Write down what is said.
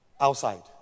Outside